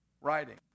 writing